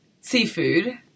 seafood